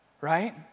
right